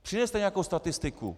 Přineste nějakou statistiku.